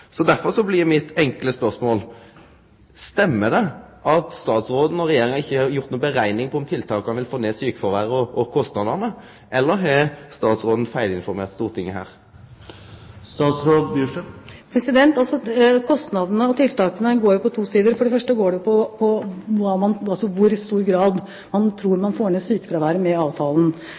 Derfor blir mitt enkle spørsmål: Stemmer det at statsråden og Regjeringa ikkje har gjort berekningar for om tiltaka vil få ned sjukefråveret og kostnadene, eller har statsråden feilinformert Stortinget her? Kostnadene og tiltakene går på to sider. For det første går det på i hvor stor grad man tror man får ned sykefraværet med avtalen.